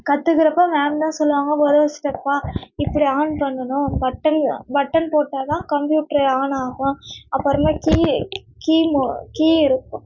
கற்றுக்கிறப்போ ma'am தான் சொல்லுவாங்க மொதல் ஸ்டெப்பாக இப்படி ஆன் பண்ணணும் பட்டன் பட்டன் போட்டால் தான் கம்ப்யூட்டரு ஆன் ஆகும் அப்புறமா கீ கீ மோ கீ இருக்கும்